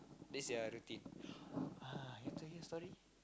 this the other team ah I told you the story